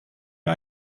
wir